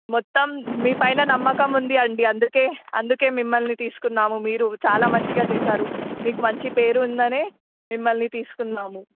మొత్తం మీ పైన నమ్మకం ఉంది అండి అందుకని అందుకని మిమ్మల్ని తీసుకున్నాము మీరు చాలా మంచిగా చేశారు మీకు మంచి పేరు ఉంది అని మిమ్మల్ని తీసుకున్నాము